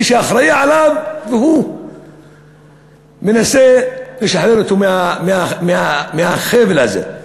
מי שאחראי לו, והוא מנסה לשחרר אותו מהחבל הזה.